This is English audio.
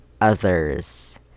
others